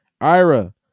Ira